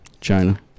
China